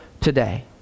today